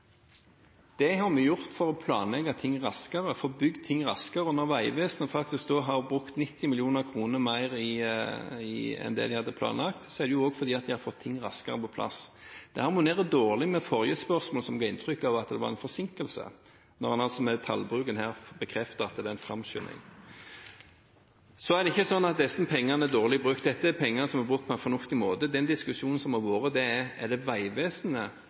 Det har vi gjort for å planlegge ting raskere, få bygd ting raskere. Når Vegvesenet da faktisk har brukt 90 mill. kr mer enn det de hadde planlagt, er det jo også fordi de har fått ting raskere på plass. Det harmonerer dårlig med forrige spørsmål, som ga inntrykk av at det var en forsinkelse, når en altså med tallbruken her bekrefter at det er en framskynding. Så er det ikke sånn at disse pengene er dårlig brukt. Dette er penger som er brukt på en fornuftig måte. Den diskusjonen som har vært, har vært om det er Vegvesenet eller Nye Veier som skal ta regningen. For skattebetalerne er det